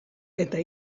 eta